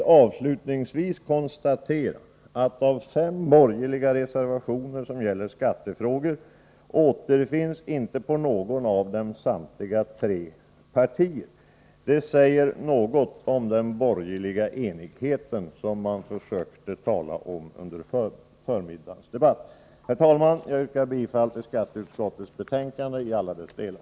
Avslutningsvis konstaterar jag att av de fem borgerliga reservationer som gäller skattefrågor stöds inte någon av samtliga tre partier. Det säger något om den borgerliga enighet som man försökte tala om under förmiddagens debatt. Herr talman! Jag yrkar bifall till skatteutskottets hemställan i alla dess delar.